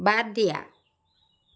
বাদ দিয়া